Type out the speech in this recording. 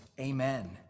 Amen